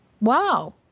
Wow